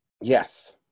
Yes